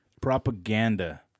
Propaganda